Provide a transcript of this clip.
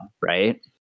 right